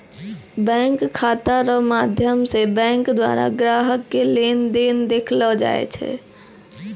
bank खाता रो माध्यम से बैंक द्वारा ग्राहक के लेन देन देखैलो जाय छै